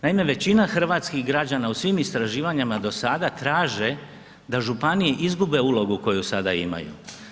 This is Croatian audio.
Naime, većina hrvatskih građana u svim istraživanjima do sada traže da županije izgube ulogu koju sada imaju.